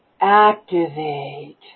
Activate